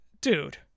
dude